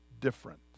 different